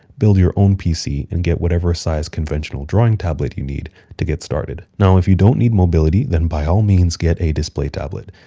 build your own pc and get whatever size conventional drawing tablet you need to get started. now, if you don't need mobility, then by all means get a display tablet.